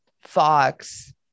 Fox